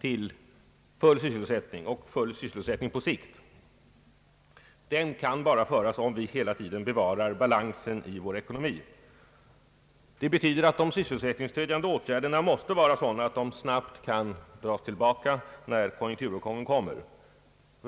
till full sysselsättning — och full sysselsättning på sikt — endast kan föras om vi hela tiden bevarar balansen i vår ekonomi. Det betyder att de sysselsättningsfrämjande åtgärderna måste vara sådana att de snabbt kan dras tillbaka när konjunkturuppgången kommer.